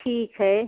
ठीक है